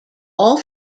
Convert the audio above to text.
all